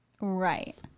Right